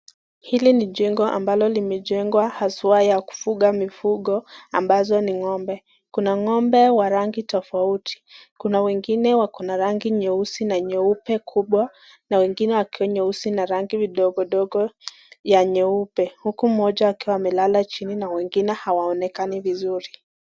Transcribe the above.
Hili ni jengo ambalo limejengwa haswa ya kufuga mifugo ambazo ni ng'ombe. Kuna ng'ombe wa rangi tofauti. Kuna wengine wako na rangi nyeusi na nyeupe kubwa, na wengine wakiwa nyeusi na rangi vidogodogo ya nyeupe, huku mmoja akiwa amelala chini na wengine hawaonekani vizuri.